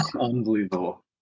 Unbelievable